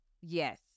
Yes